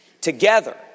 Together